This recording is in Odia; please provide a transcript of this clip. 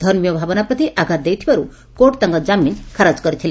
ଧର୍ମୀୟ ଭାବନା ପ୍ରତି ଆଘାତ ଦେଇଥିବାରୁ କୋର୍ଟ ତାଙ୍କ ଜାମିନ୍ ଖାରଜ କରିଥିଲେ